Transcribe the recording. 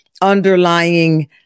underlying